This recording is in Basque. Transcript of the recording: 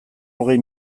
hogei